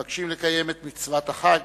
המבקשים לקיים את מצוות החג,